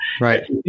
Right